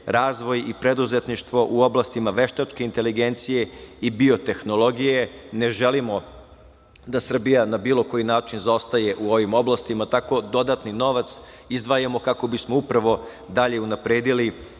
i preduzetništvo u oblastima veštačke inteligencije i bio-tehnologije. Ne želimo da Srbija na bilo koji način zaostaje u ovim oblastima, tako dodatni novac izdvajamo kako bismo upravo dalje unapredili